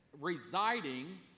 residing